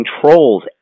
controls